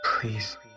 Please